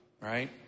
right